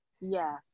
Yes